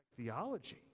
theology